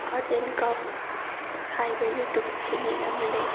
art and craft ꯍꯥꯏꯕ YouTube channel ꯑꯃ ꯂꯩ